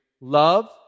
love